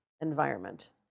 environment